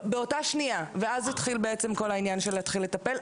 באותה שנייה ואז התחיל בעצם כל העניין של להתחיל לטפל,